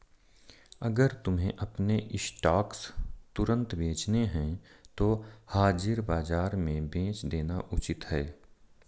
अगर तुम्हें अपने स्टॉक्स तुरंत बेचने हैं तो हाजिर बाजार में बेच देना उचित है